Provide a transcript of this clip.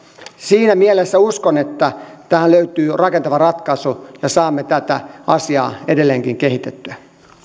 siinä mielessä uskon että tähän löytyy rakentava ratkaisu ja saamme tätä asiaa edelleenkin kehitettyä